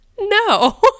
no